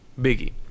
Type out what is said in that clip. Biggie